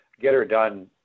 get-her-done –